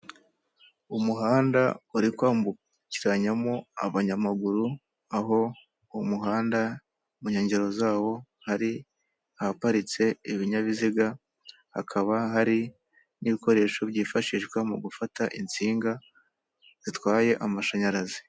Umuhanda uri kwambukiranyamo abanyamaguru, aho umuhanda mu nkengero zawo hari ahaparitse ibinyabiziga, hakaba hari n'ibikoresho byifashishwa mu gufata insinga zitwaye amashanyarazi.